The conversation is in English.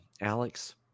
Alex